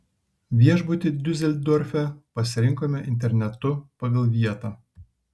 viešbutį diuseldorfe pasirinkome internetu pagal vietą